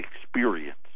experience